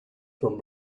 from